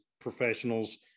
professionals